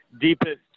deepest